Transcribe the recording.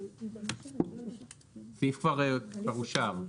הסעיף כבר אושר.